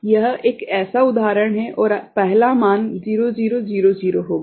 तो यह एक ऐसा उदाहरण है और पहला मान 0000 होगा